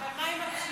אבל מה עם הפשיעה?